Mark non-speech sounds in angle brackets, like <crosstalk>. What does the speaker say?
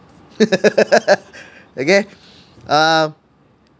<laughs> okay um